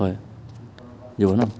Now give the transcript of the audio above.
হয় দিব ন